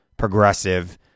progressive